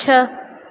छह